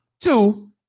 two